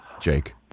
Jake